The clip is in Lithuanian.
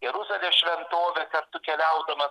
jeruzalės šventovę kartu keliaudamas